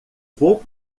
vou